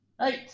right